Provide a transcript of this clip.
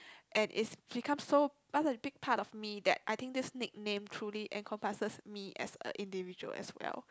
and it's become so big part of me that I think this nickname truly encompasses me as a individual as well